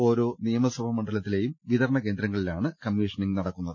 ഓരോ നിയമസഭാ മണ്ഡലത്തിലെയും വിത രണ കേന്ദ്രങ്ങളിലാണ് കമ്മീഷനിംഗ് നടക്കുന്നത്